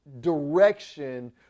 Direction